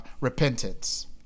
repentance